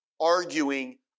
arguing